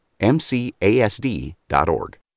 MCASD.org